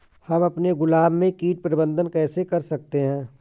हम अपने गुलाब में कीट प्रबंधन कैसे कर सकते है?